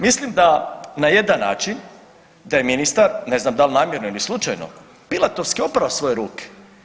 Mislim da na jedan način da je ministar, ne znam da li namjerno ili slučajno Pilatovski oprao svoje ruke.